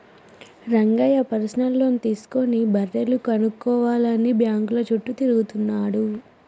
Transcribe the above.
Rangayya personal loan తీసుకుని బర్రెలు కొనుక్కోవాలని బ్యాంకుల చుట్టూ తిరుగుతున్నాడు